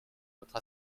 notre